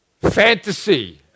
fantasy